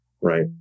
right